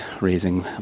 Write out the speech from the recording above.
raising